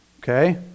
okay